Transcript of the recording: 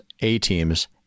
A-teams